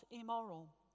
immoral